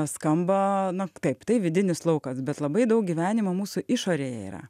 skamba na taip tai vidinis laukas bet labai daug gyvenimo mūsų išorėje yra